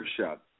shot